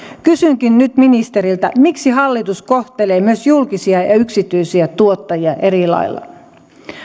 kysynkin nyt ministeriltä miksi hallitus kohtelee myös julkisia ja yksityisiä tuottajia eri lailla